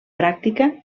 pràctica